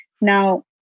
Now